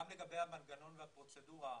גם לגבי המנגנון והפרוצדורה,